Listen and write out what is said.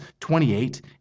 28